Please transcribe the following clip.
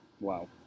Wow